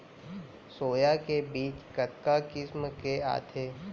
Soya के बीज कतका किसम के आथे?